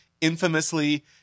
infamously